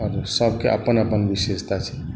आओर सभके अपन अपन विशेषता छै